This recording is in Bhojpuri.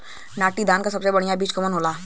नाटी धान क सबसे बढ़िया बीज कवन होला?